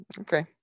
Okay